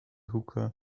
hookah